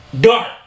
Dark